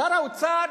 שר האוצר,